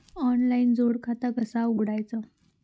Online जोड खाता कसा उघडायचा?